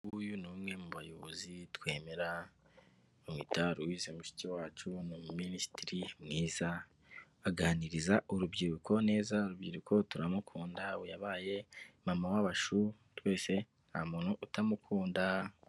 Uyunguyu ni umwe mu bayobozi twemera bamwita Louise Mushikiwacu ni ymu minisitiri mwiza aganiriza urubyiruko neza urubyiruko turamukunda ubu yabaye mama w'abashu twese nta muntu utamukunda.